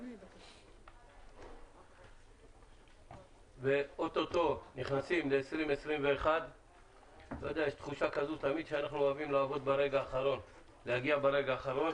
בתחילת 2021. יש תחושה שאנחנו אוהבים להגיע ברגע האחרון.